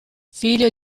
figlio